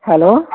hello